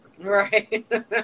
Right